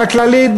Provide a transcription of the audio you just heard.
אבל כללית,